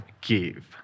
give